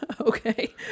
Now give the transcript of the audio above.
Okay